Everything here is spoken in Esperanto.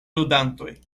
ludantoj